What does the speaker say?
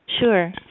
Sure